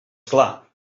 clar